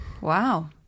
Wow